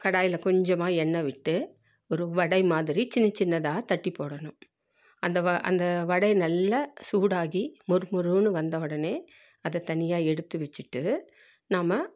கடாயில் கொஞ்சமாக எண்ணை விட்டு ஒரு வடை மாதிரி சின்ன சின்னதாக தட்டி போடணும் அந்த அந்த வடையை நல்லா சூடாகி மொறு மொறுன்னு வந்த உடனே அதை தனியாக எடுத்து வச்சுட்டு நம்ம